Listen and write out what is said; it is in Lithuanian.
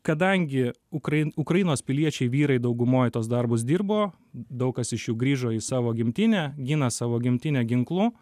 kadangi ukrai ukrainos piliečiai vyrai daugumoj tuos darbus dirbo daug kas iš jų grįžo į savo gimtinę gina savo gimtinę ginklu